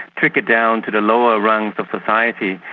trickle down to the lower rungs of society.